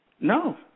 no